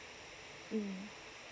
mm